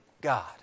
God